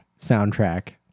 soundtrack